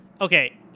okay